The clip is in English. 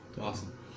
Awesome